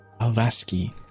Alvaski